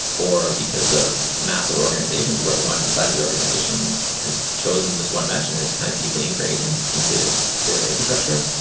or because of massive organizations where one side of the organization has chosen this one mesh and it s kind of deeply ingra ined and into their infrastructure.